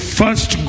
first